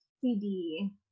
CD